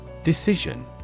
Decision